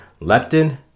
Leptin